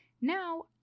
Now